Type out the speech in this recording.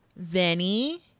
Venny